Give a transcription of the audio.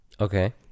Okay